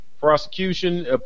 Prosecution